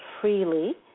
freely